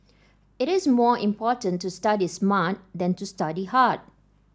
it is more important to study smart than to study hard